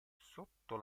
sotto